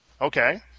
Okay